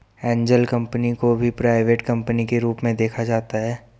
angel company को भी private company के रूप में देखा जाता है